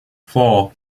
four